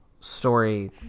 story